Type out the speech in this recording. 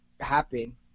happen